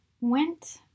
went